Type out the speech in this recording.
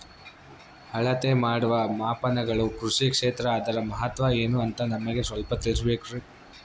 ಅಳತೆ ಮಾಡುವ ಮಾಪನಗಳು ಕೃಷಿ ಕ್ಷೇತ್ರ ಅದರ ಮಹತ್ವ ಏನು ಅಂತ ನಮಗೆ ಸ್ವಲ್ಪ ತಿಳಿಸಬೇಕ್ರಿ?